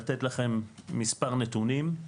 לתת לכם מספר נתונים,